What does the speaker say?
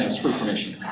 and screw permission.